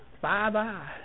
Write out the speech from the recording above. Bye-bye